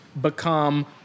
become